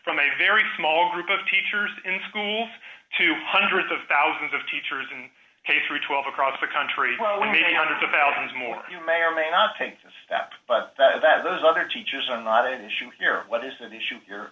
from a very small group of teachers in schools to hundreds of thousands of teachers and k through twelve across the country one may hundreds of thousands more you may or may not take that step but three that those other teachers are not an issue here what is an issue